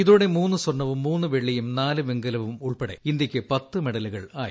ഇതോടെ മൂന്നു സ്വർണവും മൂന്ന് വെള്ളിയും നാല് വെങ്കലവും ഉൾപ്പെടെ ഇന്ത്യയ്ക്ക് പത്തു മെട്ഡലുകളായി